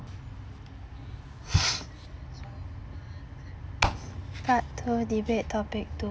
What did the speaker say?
part two debate topic two